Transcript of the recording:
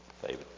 David